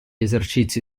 esercizi